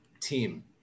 team